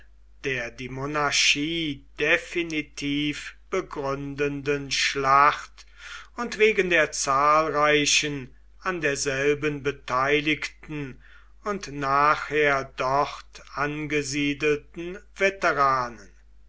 der die monarchie definitiv begründenden schlacht und wegen der zahlreichen an derselben beteiligten und nachher dort angesiedelten veteranen